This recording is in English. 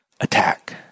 attack